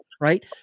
right